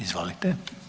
Izvolite.